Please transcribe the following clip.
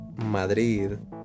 Madrid